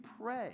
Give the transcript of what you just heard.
pray